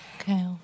Okay